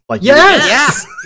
Yes